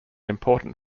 important